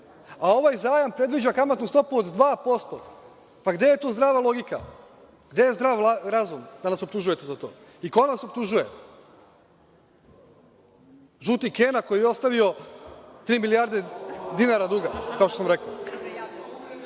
a ovaj zajam predviđa kamatnu stopu od 2%. Pa, gde je tu zdrava logika? Gde je zdrav razum da nas optužujete za to? Ko nas optužuje? Žuti Kena koji je ostavio tri milijarde dinara duga, kao što sam rekao.